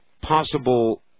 possible